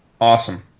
Awesome